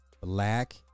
black